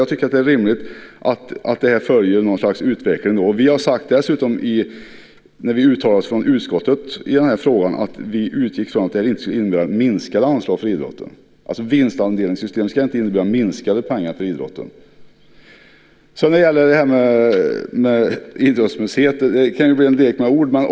Jag tycker att det är rimligt att det följer något slags utveckling. Vi har dessutom sagt när vi från utskottet har uttalat oss i frågan att vi utgick från att det inte skulle innebära minskade anslag för idrotten. Vinstandelssystemet ska inte innebära minskade pengar för idrotten. När det gäller frågan om idrottsmuseet kan det bli en lek med ord.